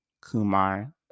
Kumar